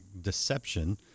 deception